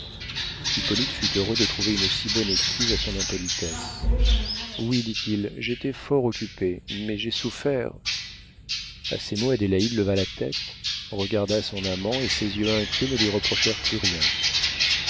hippolyte fut heureux de trouver une si bonne excuse à son impolitesse oui dit-il j'ai été fort occupé mais j'ai souffert a ces mots adélaïde leva la tête regarda son amant et ses yeux inquiets ne lui reprochèrent plus rien